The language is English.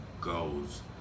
goes